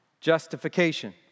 justification